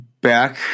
back